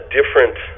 different